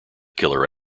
killer